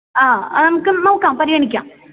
ആ അത് നമുക്ക് നോക്കാം പരിഗണിക്കാം